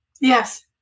Yes